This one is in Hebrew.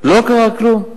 לא קרה כלום.